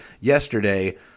yesterday